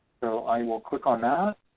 so i will click on that